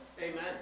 Amen